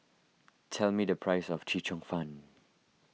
tell me the price of Chee Cheong Fun